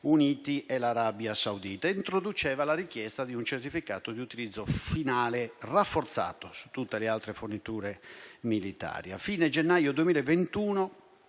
e l'Arabia Saudita, e introduceva la richiesta di un certificato di utilizzo finale rafforzato su tutte le altre forniture militari. A fine gennaio 2021,